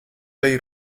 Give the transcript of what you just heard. ley